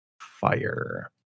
fire